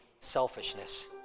selfishness